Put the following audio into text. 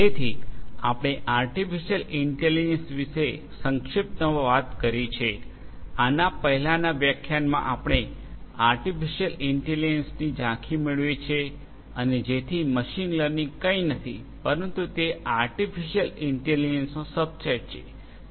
જેથી આપણે artificial intelligence વિશે સંક્ષિપ્તમાં વાત કરી છે આના પહેલાના વ્યાખ્યાનમાં આપણે આર્ટિફિસિઅલ ઇન્ટેલિજન્સની ઝાંખી મેળવી છે અને જેથી મશીન લર્નિંગ કંઈ નથી પરંતુ તે આર્ટિફિસિઅલ ઇન્ટેલિજન્સનો સબસેટ છે